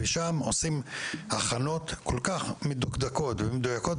ושם עושים הכנות מדוקדקות ומדויקות,